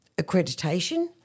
accreditation